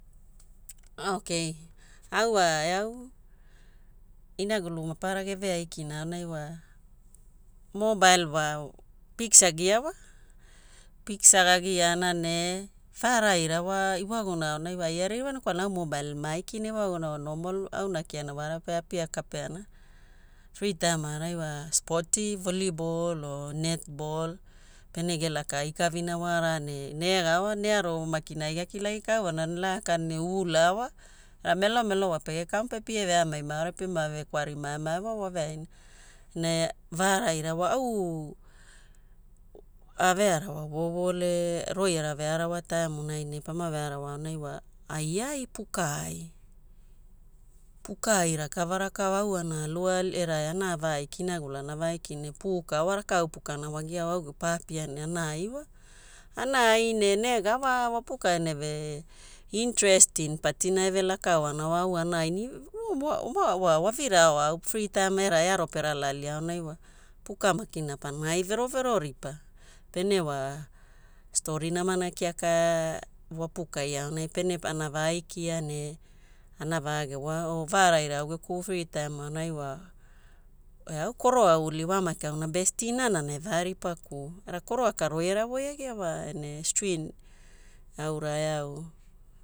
Ok, au wa eau, inagulu maparara geveaikina aonai wa, mobile wa piksa gia wa. Piksa gagiana ne vaaraira wa iwaguna aonai wa ai aririwana kwalana au mobile maikina iwaguna wa normal auna kiana wara pe apiakapeana. Free time aorai wa spoti, volleyball o netball, pene gelakaaikavina wara ne negawa nearo makina ai gakilagi kauana ne laka ne ula wa. Na melomelo wa pege kamu pe pie veamai maaura piema vekwari maemaewa waveaina. Ne vaaraira wa au ave arawa ovoovo ole, roiara vearawa taimunai ne pama vearawa aonai wa aiai, puka ai. Puka ai rakava rakava, au ana aluali era ana vaiki, inagulu ana vaiki ne puka wa rakau pukana wagia wa paapia ne ana ai wa. Ana ai ne negawa wapuka eneve interesting patina evelakaoana wa au ana ai wa vira hour au geku free time era earo perala alia aonai wa puka makina pana ai verovero ripaa. Pene wa story namana kiaka wapukai aonai pene ana vaikia ne ana vagevoa o vaaraira au geku free time aonai wa eau koroa- uli wa maki auna besty inana na eva ripakuo. Era koroa ka roiara voiagia wa ne string aura eau